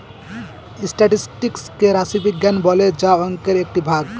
statistics কে রাশি বিজ্ঞান বলে যা অংকের একটি ভাগ